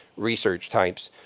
research types,